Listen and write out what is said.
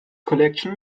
collection